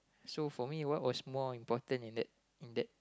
so for me what was more important in that in that